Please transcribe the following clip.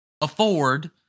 afford